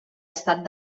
estat